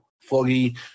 Foggy